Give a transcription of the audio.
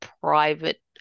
private